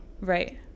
Right